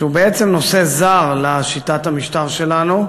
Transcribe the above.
שהוא בעצם נושא זר לשיטת המשטר שלנו,